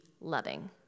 loving